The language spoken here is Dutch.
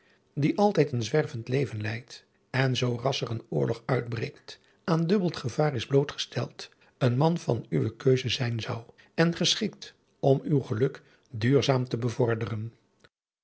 die altijd een zwervend leven leidt en zooras er een adriaan loosjes pzn het leven van hillegonda buisman oorlog uitbreekt aan dubbeld gevaar is blootgesteld een man van uwe keuze zijn zou en geschikt om uw geluk duurzaam te bevorderen